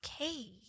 okay